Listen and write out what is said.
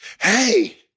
Hey